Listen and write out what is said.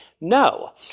no